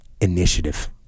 initiative